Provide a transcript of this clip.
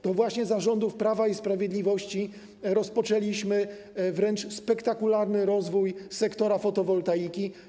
To właśnie za rządów Prawa i Sprawiedliwości rozpoczęliśmy wręcz spektakularny rozwój sektora fotowoltaiki.